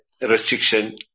restriction